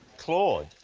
claude?